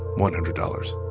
one hundred dollars.